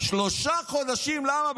שלושה חודשים, למה?